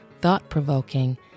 thought-provoking